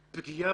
רוברט,